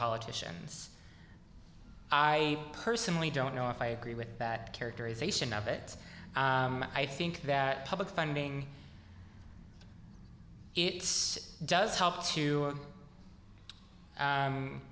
politicians i personally don't know if i agree with that characterization of it i think that public funding it's does help to